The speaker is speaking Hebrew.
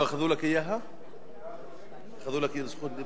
צריך לשלול לו את האזרחות.